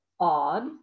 odd